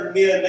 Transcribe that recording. men